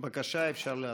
בבקשה, אפשר להצביע.